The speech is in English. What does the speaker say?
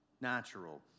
natural